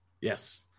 Yes